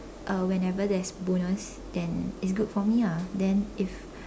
uh whenever there's bonus then it's good for me ah then if